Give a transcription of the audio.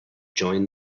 join